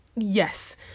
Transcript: Yes